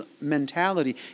mentality